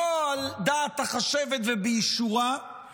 לא על דעת החשבת ובאישורה,